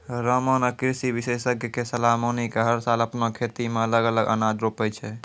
रामा नॅ कृषि विशेषज्ञ के सलाह मानी कॅ हर साल आपनों खेतो मॅ अलग अलग अनाज रोपै छै